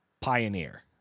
Pioneer